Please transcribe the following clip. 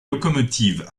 locomotives